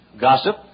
Gossip